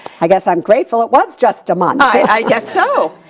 i guess i'm grateful it was just a month. i guess so.